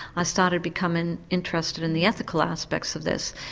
i started becoming interested in the ethical aspects of this.